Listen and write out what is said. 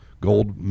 gold